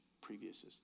Previous